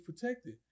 protected